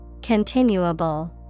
Continuable